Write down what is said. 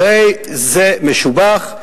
הרי זה משובח,